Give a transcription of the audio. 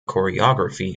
choreography